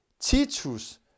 Titus